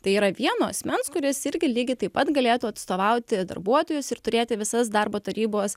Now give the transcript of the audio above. tai yra vieno asmens kuris irgi lygiai taip pat galėtų atstovauti darbuotojus ir turėti visas darbo tarybos